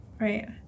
Right